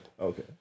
Okay